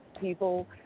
people